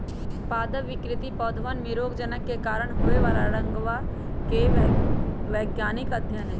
पादप विकृति पौधवन में रोगजनक के कारण होवे वाला रोगवा के वैज्ञानिक अध्ययन हई